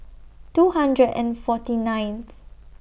two hundred and forty ninth